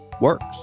works